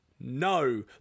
No